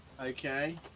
okay